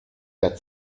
der